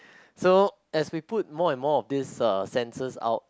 so as we put more and more of these uh sensors out